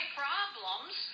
problems